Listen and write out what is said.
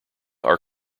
are